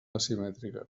asimètrica